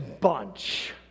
bunch